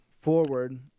forward